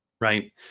Right